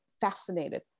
fascinated